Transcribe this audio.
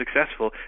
successful